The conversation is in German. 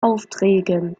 aufträgen